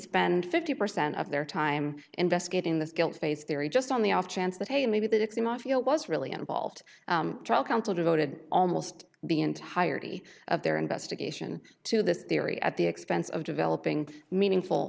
spend fifty percent of their time investigating this guilt phase theory just on the off chance that hey maybe that it's the mafia was really involved trial counsel devoted almost be entirety of their investigation to this theory at the expense of developing meaningful